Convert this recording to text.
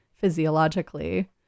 physiologically